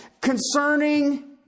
concerning